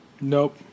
Nope